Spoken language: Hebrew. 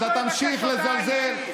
אתה תמשיך לזלזל.